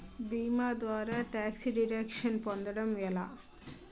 భీమా ద్వారా tax deduction పొందటం ఎలా?